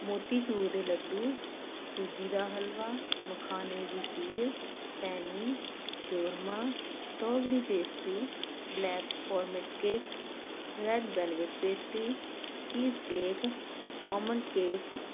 ਮੋਤੀ ਚੂਰ ਦੇ ਲੱਡੂ ਸੂਜੀ ਦਾ ਹਲਵਾ ਮਖਾਨੇ ਦੀ ਖੀਰ ਪੈਨੀ churma strawberry pastry black forest cake red velvet pastry cheese cake almond cake